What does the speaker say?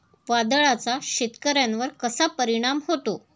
वादळाचा शेतकऱ्यांवर कसा परिणाम होतो?